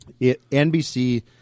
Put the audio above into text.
NBC